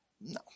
no